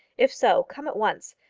if so, come at once.